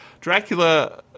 Dracula